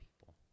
people